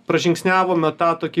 pražingsniavome tą tokį